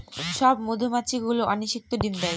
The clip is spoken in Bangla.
সব মধুমাছি গুলো অনিষিক্ত ডিম দেয়